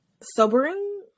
sobering